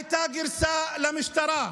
הייתה גרסה למשטרה,